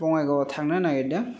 बङाइगाव आव थांनो नागेरदों